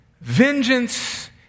Vengeance